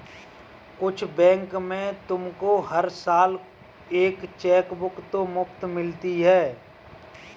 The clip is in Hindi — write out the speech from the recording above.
कुछ बैंक में तुमको हर साल एक चेकबुक तो मुफ़्त मिलती है